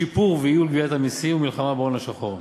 שיפור וייעול גביית המסים ומלחמה בהון השחור.